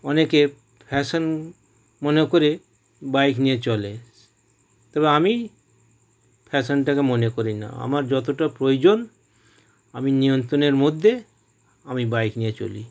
অনেকে ফ্যাশান মনে করে বাইক নিয়ে চলে তবে আমি ফ্যাশানটাকে মনে করি না আমার যতোটা প্রয়োজন আমি নিয়ন্ত্রণে মধ্যে আমি বাইক নিয়ে চলি